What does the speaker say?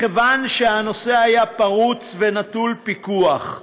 מכיוון שהנושא היה פרוץ ונטול פיקוח.